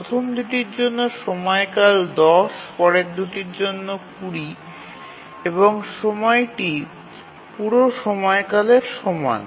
প্রথম দুটির জন্য সময়কাল ১০ পরের দুটির জন্য ২০ এবং সময়টি পুরো সময়কালের সমান